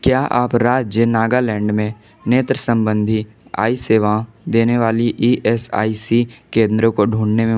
क्या आप राज्य नागालैंड में नेत्र सम्बंधी आय सेवा देने वाली ई एस आई सी केंद्रों को ढूँढने में मदद कर सकते हैं